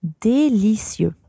délicieux